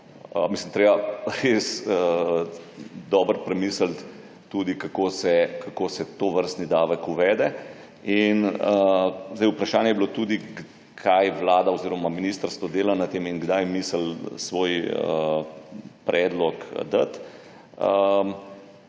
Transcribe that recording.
res treba dobro premisliti, kako se tovrstni davek uvede. Vprašanje je bilo tudi, kaj Vlada oziroma ministrstvo dela na tem in kdaj misli svoj predlog dati.